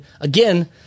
again